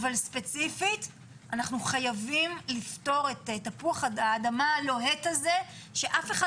אבל ספציפית אנחנו חייבים לפתור את תפוח האדמה הלוהט הזה שאף אחד